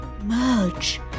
Merge